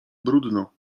bródno